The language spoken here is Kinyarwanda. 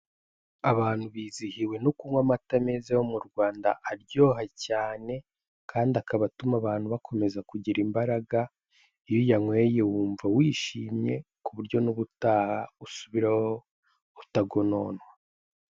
Abantu bizihiwe no kunywa amata meza yo ku Rwanda aryoha cyane, kandi akaba atuma abantu bakomeza kugira imbaraga, iyo uyanyweye wumva wishimiye, ku buryo n'ubutaha usubirayo utagononwa.